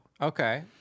Okay